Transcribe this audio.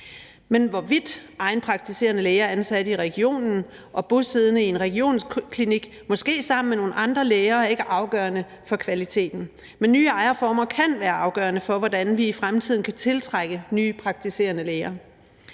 men hvorvidt egen praktiserende læge er ansat i regionen og bosiddende i en regionsklinik, måske sammen med nogle andre læger, er ikke afgørende for kvaliteten. Men nye ejerformer kan være afgørende for, hvordan vi i fremtiden kan tiltrække nye praktiserende læger.